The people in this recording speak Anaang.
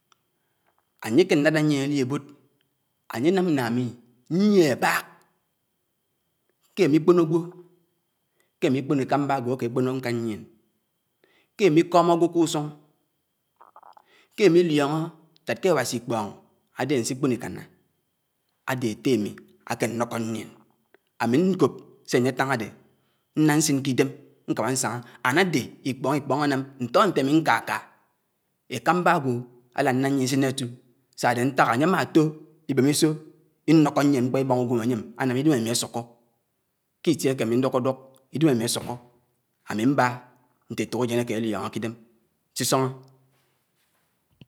Ányékéládá nyíén ádi ábód, ányénám nnémi nyié ébák kémi kpònò gwò, kémi kpónó ékámbá ágwó ákékpónó nkán nyién, ké mi kọm ágwó k’ùsùñ, kémi liọñọ that ké Áwasi ikpọñ ádé ánsikpón ikáná. Ádé étté mì ānké nnọko ñyién, ámi nkòp séyétáñ ádé, nnád ñsin k’idém nkámá nsáñá and ádé ikpọñ ikpọñ ánám ntọ ntémikáká, ékámbágwó ánálád nyién isin kérù siádé ntáhá, ányémáto ibémisò inọkọ ñyién mkpọ ibáná ùgwém ányém, ánám idem ámi ásọkọ. K’tié kémi ndọkọdọk, idém ámi ásọkọ, ámi mbá nté ētòkájén ákéliọñọké idém. Sésọñọ.